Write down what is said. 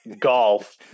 golf